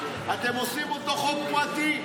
אתם עושים אותו חוק פרטי,